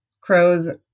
crows